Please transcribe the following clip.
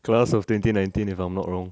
class of twenty nineteen if I'm not wrong